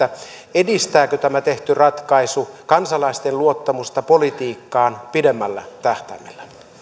edistääkö tämä tehty ratkaisu kansalaisten luottamusta politiikkaan pidemmällä tähtäimellä